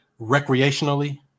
recreationally